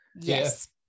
Yes